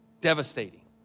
devastating